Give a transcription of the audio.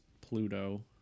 Pluto